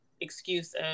excuse